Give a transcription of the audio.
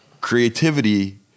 creativity